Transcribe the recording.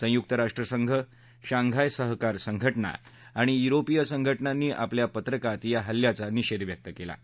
संयुक्त राष्ट्रसंघ शांघाय सहकार संघटना आणि युरोपियन संघटनांनी आपल्या पत्रकात या हल्ल्याचा निषेध केला आहे